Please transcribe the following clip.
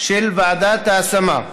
של ועדת ההשמה.